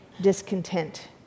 discontent